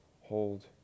hold